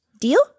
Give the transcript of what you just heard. Deal